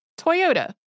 Toyota